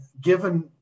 given